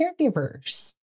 caregivers